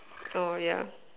oh yeah